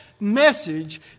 message